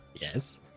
Yes